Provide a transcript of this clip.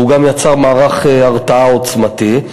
והוא גם יצר מערך הרתעה עוצמתי.